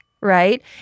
right